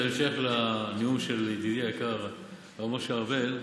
בהמשך לנאום של ידידי היקר מר משה ארבל,